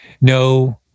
no